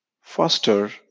foster